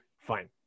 fine